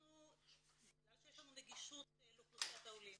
אנחנו בגלל שיש לנו נגישות לאוכלוסיית העולים,